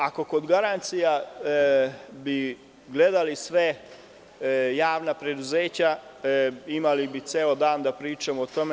Ako bi kod garancija gledali sva javna preduzeća, imali bi ceo dan da pričamo o tome.